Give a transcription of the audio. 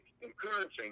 encouraging